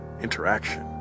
interaction